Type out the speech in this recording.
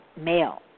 male